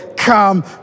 Come